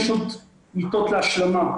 יש עוד מיטות להשלמה,